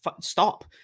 stop